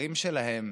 לבוחרים שלהם,